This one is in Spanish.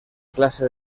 clase